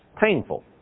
painful